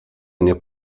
nie